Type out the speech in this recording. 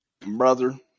Brother